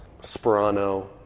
Sperano